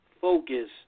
focus